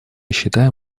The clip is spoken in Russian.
считаем